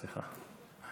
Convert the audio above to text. סליחה.